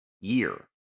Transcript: year